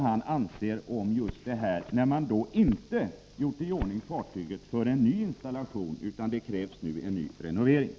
Det beskedet gavs innan fartyget renoverades.